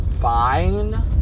fine